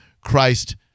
Christ